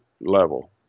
level